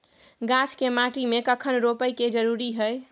गाछ के माटी में कखन रोपय के जरुरी हय?